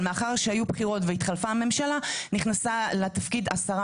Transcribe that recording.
אבל מאחר שהיו בחירות והתחלפה הממשלה נכנסה לתפקיד השרה